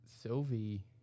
Sylvie